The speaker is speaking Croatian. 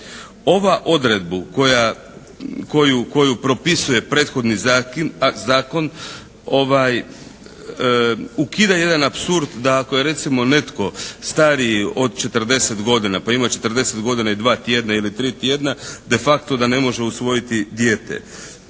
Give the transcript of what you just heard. Ova odredbu koju propisuje prethodni zakon ukida jedan apsurd da ako je recimo netko stariji od 40 godina pa ima 40 godina i dva tjedna ili tri tjedna de facto da ne može usvojiti dijete.